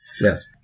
Yes